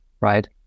right